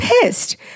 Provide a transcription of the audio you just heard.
pissed